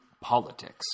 politics